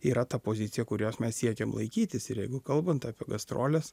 yra ta pozicija kurios mes siekiam laikytis ir jeigu kalbant apie gastroles